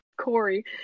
Corey